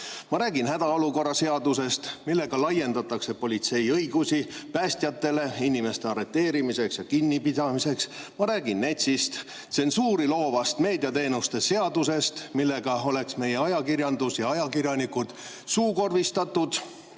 Ma räägin hädaolukorra seadusest, millega laiendatakse päästjatele politsei õigusi inimeste arreteerimisel ja kinnipidamisel, ma räägin NETS‑ist, tsensuuri loovast meediateenuste seadusest, millega oleks meie ajakirjandus ja ajakirjanikud suukorvistatud,